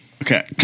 Okay